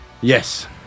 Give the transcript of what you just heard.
Yes